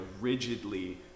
rigidly